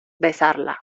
besarla